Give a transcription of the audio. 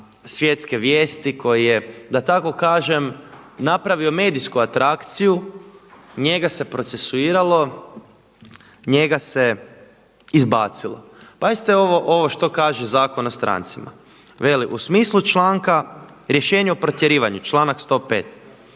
svjetske vijesti koje je da tako kažem napravio medijsku atrakciju, njega se procesuiralo, njega se izbacilo. Paziti ovo što kaže Zakon o strancima, veli u smislu članka rješenje o protjerivanju članak 105.